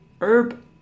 herb